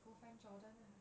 go find jordan lah